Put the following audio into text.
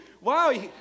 Wow